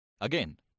again